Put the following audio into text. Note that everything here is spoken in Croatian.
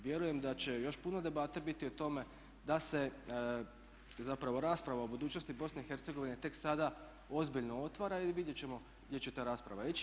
Vjerujem da će još puno debate biti o tome da se zapravo rasprava o budućnosti BiH tek sada ozbiljno otvara i vidjet ćemo gdje će ta rasprava ići.